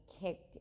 kicked